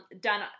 done